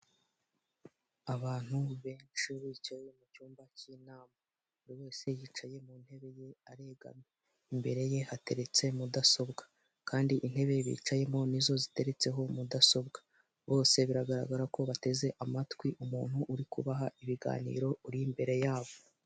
Abantu benshi bicaye mu cyumba cy'inama buri wese yicaye mu ntebe ye aregamye, imbere ye hateretse mudasobwa, kandi intebe bicayemo nizo ziteretseho mudasobwa bose biragaragara ko bateze amatwi umuntu uri kubaha ibiganiro uri imbere yabo.